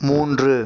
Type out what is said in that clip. மூன்று